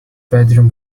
bedroom